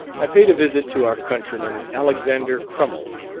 i paid a visit to our countryman, alexander crummel,